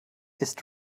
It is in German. ist